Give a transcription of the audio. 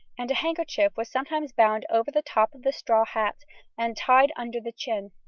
and a handkerchief was sometimes bound over the top of the straw hat and tied under the chin.